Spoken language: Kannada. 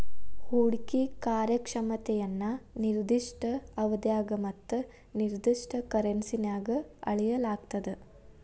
ಹೂಡ್ಕಿ ಕಾರ್ಯಕ್ಷಮತೆಯನ್ನ ನಿರ್ದಿಷ್ಟ ಅವಧ್ಯಾಗ ಮತ್ತ ನಿರ್ದಿಷ್ಟ ಕರೆನ್ಸಿನ್ಯಾಗ್ ಅಳೆಯಲಾಗ್ತದ